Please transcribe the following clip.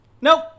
Nope